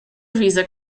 visa